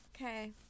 Okay